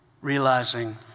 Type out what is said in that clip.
realizing